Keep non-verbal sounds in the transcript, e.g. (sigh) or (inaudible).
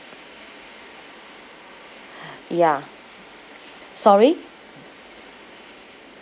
(breath) ya sorry